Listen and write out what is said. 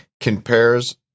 compares